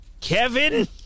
Kevin